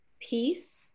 peace